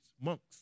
monks